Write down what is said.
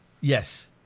Yes